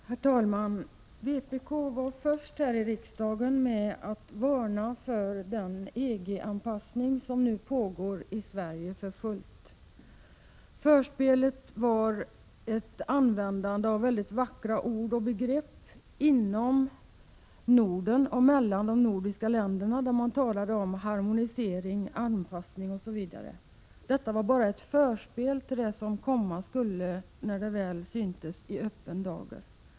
Herr talman! Vpk var först här i riksdagen med att varna för den EG-anpassning som nu pågår för fullt i Sverige. Förspelet var ett användande av mycket vackra ord och begrepp inom Norden och mellan de nordiska länderna, där det talades om harmonisering, anpassning osv. Det var bara ett förspel till det som komma skulle när det väl syntes i öppen dager.